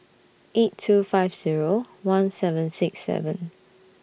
eight two five Zero one seven six seven